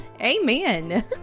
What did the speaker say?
Amen